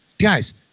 guys